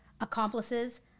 accomplices